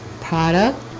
product